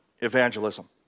evangelism